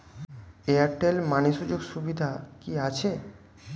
Airtel money সুযোগ সুবিধা কি আছে?